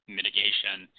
mitigation